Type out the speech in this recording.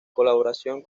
colaboración